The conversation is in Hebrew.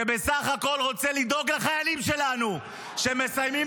שבסך הכול רוצה לדאוג לחיילים שלנו שמסיימים